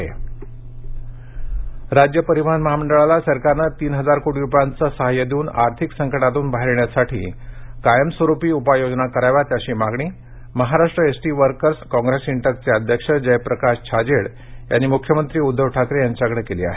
ST राज्य परिवहन महामंडळाला सरकारने तीन हजार कोटी रुपयांचे सहाय्य देऊन आर्थिक संकटातून बाहेर येण्यासाठी कायमस्वरूपी उपाय योजना कराव्यात अशी मागणी महाराष्ट्र एसटी वर्कर्स काँग्रेस इंटकघे अध्यक्ष जयप्रकाश छाजेड यांनी मुख्यमंत्री उद्धव ठाकरे यांच्याकडे केली आहे